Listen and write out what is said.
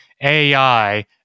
AI